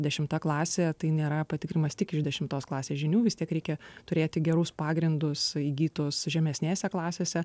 dešimta klasė tai nėra patikrinimas tik iš dešimtos klasės žinių vis tiek reikia turėti gerus pagrindus įgytus žemesnėse klasėse